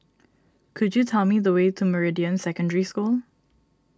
could you tell me the way to Meridian Secondary School